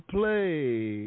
Play